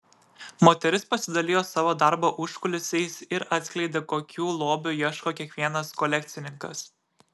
moteris pasidalijo savo darbo užkulisiais ir atskleidė kokių lobių ieško kiekvienas kolekcininkas